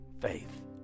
faith